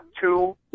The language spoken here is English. two